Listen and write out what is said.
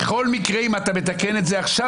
בכל מקרה אם אתה מתקן עכשיו,